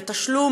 לתשלום,